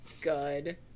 good